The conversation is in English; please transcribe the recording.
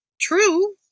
true